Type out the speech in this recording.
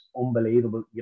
unbelievable